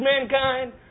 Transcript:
mankind